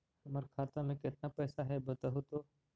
हमर खाता में केतना पैसा है बतहू तो?